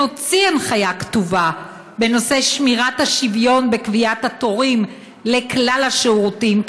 הוציא הנחיה כתובה בנושא שמירת השוויון בקביעת התורים לכלל השירותים,